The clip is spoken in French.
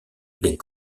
les